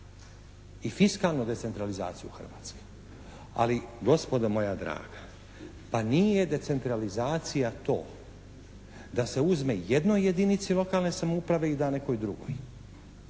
i fiskalnu decentralizaciju Hrvatske, ali gospodo moja draga pa nije decentralizacija to da se uzme jednoj jedinici lokalne samouprave i da nekoj drugoj.